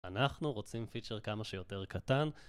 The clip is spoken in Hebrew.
אנחנו רוצים פיצ'ר כמה שיותר קטן